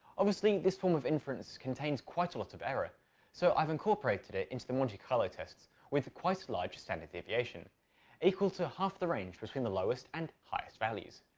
obviously, this form of inference contains quite a lot of error so i've incorporated it into the monte carlo tests with quite a large standard deviation equal to half the range between the lowest and highest values.